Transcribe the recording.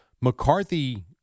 McCarthy